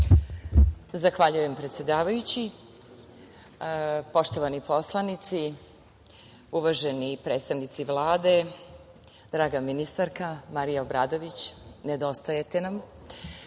Zahvaljujem. Poštovani poslanici, uvaženi predstavnici Vlade, draga ministarka Marija Obradović, nedostajete nam